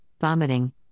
vomiting